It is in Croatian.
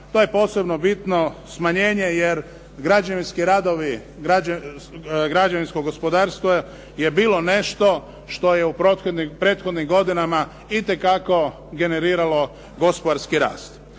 to je posebno bitno smanjenje jer građevinski radovi, građevinsko gospodarstvo je bilo nešto što je u prethodnim godinama itekako generiralo gospodarski rast.